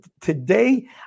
today